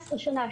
14 שנה,